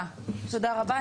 תודה רבה.